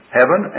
heaven